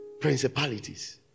principalities